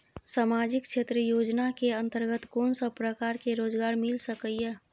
सामाजिक क्षेत्र योजना के अंतर्गत कोन सब प्रकार के रोजगार मिल सके ये?